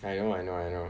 I know I know I know